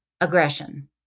aggression